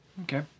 Okay